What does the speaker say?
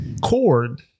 cord